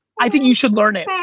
i think you should learn it.